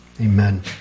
Amen